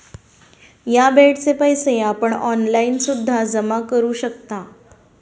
या बेडचे पैसे आपण ऑनलाईन सुद्धा जमा करू शकता